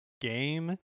game